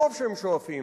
וטוב שהם שואפים